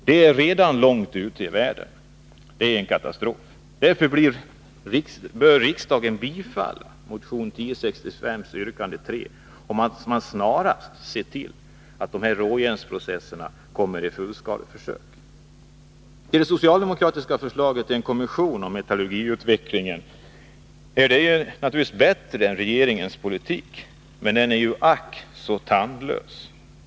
De är redan långt ute i världen, och det är en katastrof. Mot denna bakgrund bör riksdagen bifalla motion 1065 yrkande 3 om att råjärnsprocesserna snarast uppförs i fullskaleförsök. Det socialdemokratiska förslaget om en kommission om metallurgiutvecklingen är naturligtvis bättre än regeringens politik, men det är ack så tandlöst.